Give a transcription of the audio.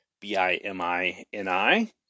B-I-M-I-N-I